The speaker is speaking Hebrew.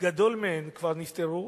גדול מהן כבר נפתרו,